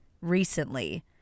recently